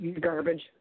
garbage